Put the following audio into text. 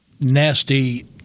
nasty